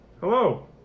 Hello